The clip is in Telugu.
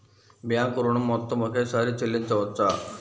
బ్యాంకు ఋణం మొత్తము ఒకేసారి చెల్లించవచ్చా?